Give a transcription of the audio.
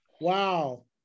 Wow